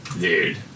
Dude